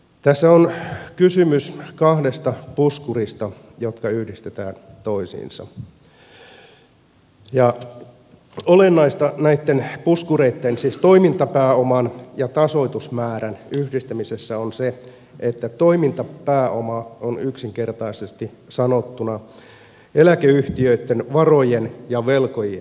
tässä on kysymys kahdesta puskurista jotka yhdistetään toisiinsa ja olennaista näitten puskureitten siis toimintapääoman ja tasoitusmäärän yhdistämisessä on se että toimintapääoma on yksinkertaisesti sanottuna eläkeyhtiöitten varojen ja velkojen erotus